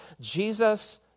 Jesus